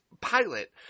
pilot